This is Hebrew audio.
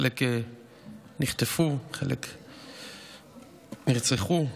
חלק נחטפו, חלק נרצחו.